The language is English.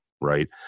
right